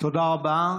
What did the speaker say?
יבגני סובה,